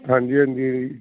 ਹਾਂਜੀ ਹਾਂਜੀ